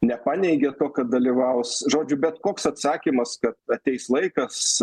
nepaneigė to kad dalyvaus žodžiu bet koks atsakymas kad ateis laikas